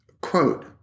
quote